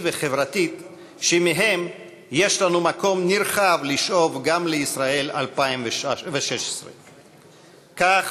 וחברתית שמהם יש לנו מקום נרחב לשאוב גם לישראל 2016. כך,